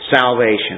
salvation